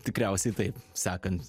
tikriausiai taip sekant